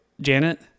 Janet